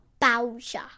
Bowser